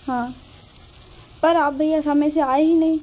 हाँ पर आप भैया समय से आए नहीं